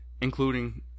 including